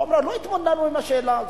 או אמרו: לא התמודדנו עם השאלה הזאת.